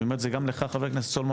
אני אומר את זה גם לך חבר הכנסת סולומון